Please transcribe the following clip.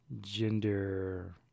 gender